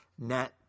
net